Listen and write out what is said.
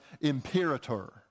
imperator